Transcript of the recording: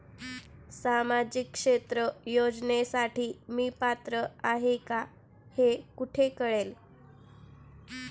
सामाजिक क्षेत्र योजनेसाठी मी पात्र आहे का हे कुठे कळेल?